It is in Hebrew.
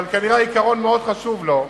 אבל כנראה העיקרון מאוד חשוב לו,